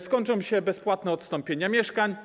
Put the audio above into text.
Skończą się bezpłatne odstąpienia mieszkań.